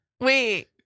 Wait